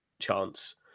chance